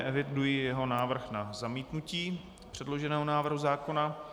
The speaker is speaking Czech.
Eviduji jeho návrh na zamítnutí předloženého návrhu zákona.